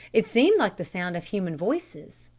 it seemed like the sound of human voices.